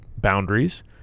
boundaries